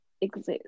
exist